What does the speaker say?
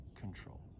control